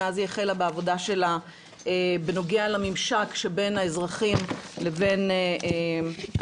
מאז היא החלה בעבודה שלה בנוגע לממשק שבין האזרחים לבין המשטרה.